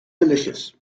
delicious